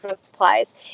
supplies